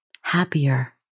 happier